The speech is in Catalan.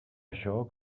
això